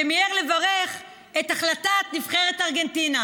שמיהר לברך את החלטת נבחרת ארגנטינה.